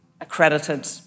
accredited